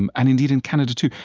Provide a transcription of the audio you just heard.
and and indeed in canada too,